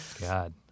God